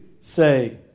say